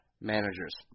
managers